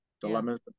dilemmas